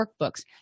workbooks